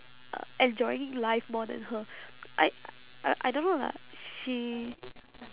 uh enjoying life more than her I uh I don't know lah she